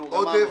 נו, גמרנו.